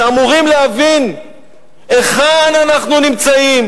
שאמורים להבין היכן אנחנו נמצאים.